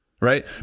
right